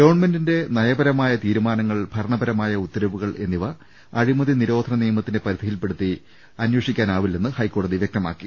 ഗവൺമെന്റിന്റെ നയപരമായ തീരുമാനങ്ങൾ ഭരണപരമായ ഉത്തരവുകൾ എന്നിവ അഴിമതി നിരോധന നിയമത്തിന്റെ പരിധിയിൽപ്പെടുത്തി അന്വേഷിക്കാനാ വില്ലെന്ന് ഹൈക്കോടതി വൃക്തമാക്കി